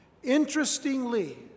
Interestingly